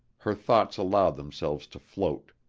her thoughts allowed themselves to float.